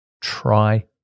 try